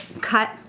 cut